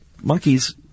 monkeys